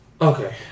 Okay